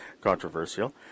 controversial